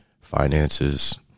finances